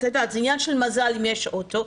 וזה עניין של מזל אם יש אוטו,